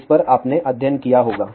जिस पर आपने अध्ययन किया होगा